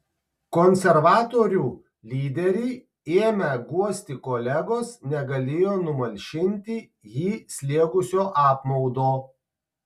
konservatorių lyderį ėmę guosti kolegos negalėjo numalšinti jį slėgusio apmaudo